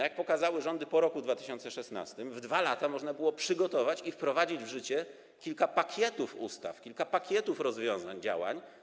Jak pokazały rządy po roku 2016 w 2 lata można było przygotować i wprowadzić w życie kilka pakietów ustaw, kilka pakietów rozwiązań, działań.